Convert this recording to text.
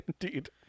Indeed